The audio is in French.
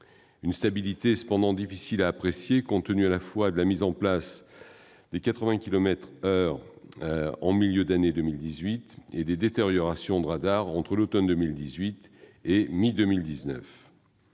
cette stabilité est difficile à apprécier compte tenu à la fois de la mise en place des 80 kilomètres à l'heure au milieu de l'année 2018 et des détériorations de radars entre l'automne 2018 et la mi-2019.